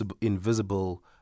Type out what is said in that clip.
invisible